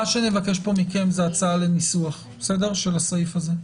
אני מבקש מכם הצעה לניסוח של הסעיף הזה.